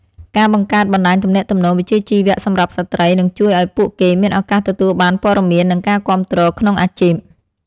ការបង្កើតបណ្តាញទំនាក់ទំនងវិជ្ជាជីវៈសម្រាប់ស្ត្រីនឹងជួយឱ្យពួកគេមានឱកាសទទួលបានព័ត៌មាននិងការគាំទ្រក្នុងអាជីព។